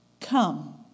Come